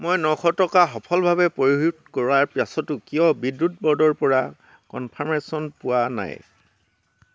মই নশ টকা সফলভাৱে পৰিশোধ কৰাৰ পাছতো কিয় বিদ্যুৎ ব'ৰ্ডৰ পৰা কনফাৰ্মেশ্য়ন পোৱা নাই